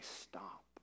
stop